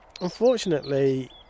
Unfortunately